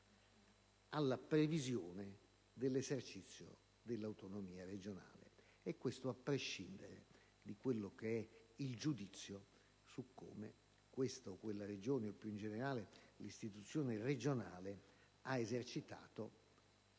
alla previsione dell'esercizio dell'autonomia regionale. Tutto ciò, a prescindere da quello che è il giudizio su come questa o quella Regione o, più in generale, l'istituzione regionale, ha esercitato